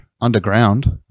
underground